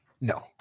No